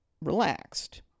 relaxed